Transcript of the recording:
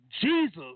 Jesus